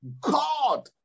God